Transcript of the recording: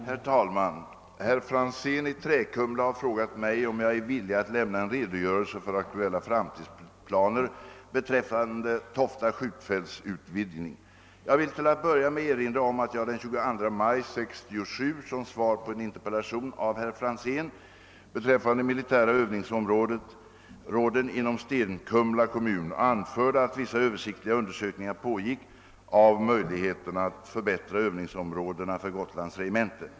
Herr talman! Herr Franzén i Träkumla har frågat mig om jag är villig att lämna en redogörelse för aktuella framtidsplaner beträffande Tofta skjutfälts utvidgning. Jag vill till att börja med erinra om att jag den 22 maj 1967 som svar på en interpellation av herr Franzén beträffande militära övningsområden inom Stenkumla kommun anförde att vissa översiktliga undersökningar pågick av möjligheterna att förbättra övningsområdena för Gotlands regemente .